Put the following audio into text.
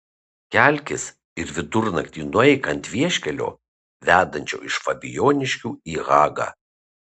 kelkis ir vidurnaktį nueik ant vieškelio vedančio iš fabijoniškių į hagą